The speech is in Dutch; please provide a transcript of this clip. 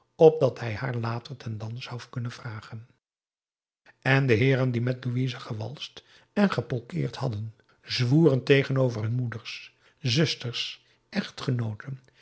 opdat hij haar later ten dans zou kunnen vragen en de heeren die met louise gewalst en gepolkeerd hadden zwoeren tegenover hun moeders zusters echtgenooten